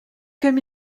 comme